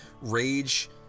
Rage